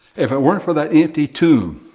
if it weren't for that empty tomb,